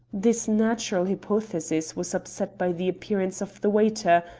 this natural hypothesis was upset by the appearance of the waiter,